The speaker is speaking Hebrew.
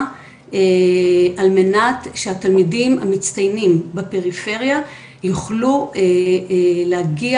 על מנת שהתלמידים המצטיינים ופריפריה יוכלו להגיע